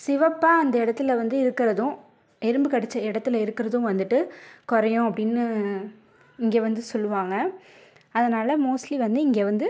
சிவப்பாக அந்த இடத்துல வந்து இருக்கிறதும் எறும்பு கடித்த இடத்துல இருக்கிறதும் வந்துட்டு குறையும் அப்படின்னு இங்கே வந்து சொல்லுவாங்க அதனால் மோஸ்ட்லி வந்து இங்கே வந்து